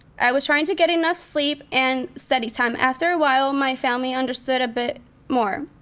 i was trying to get enough sleep and study time. after a while, my family understood a bit more.